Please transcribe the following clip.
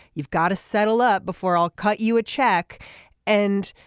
you've got to settle up before i'll cut you a check and